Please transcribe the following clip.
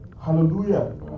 Hallelujah